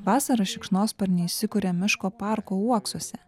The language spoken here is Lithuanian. vasarą šikšnosparniai įsikuria miško parko uoksuose